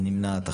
אין נמנעים.